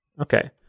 Okay